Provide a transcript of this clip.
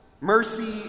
Mercy